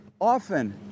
often